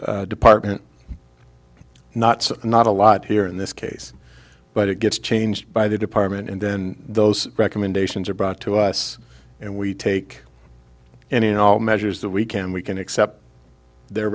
the department not so not a lot here in this case but it gets changed by the department and then those recommendations are brought to us and we take any and all measures that we can we can accept their